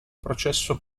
processo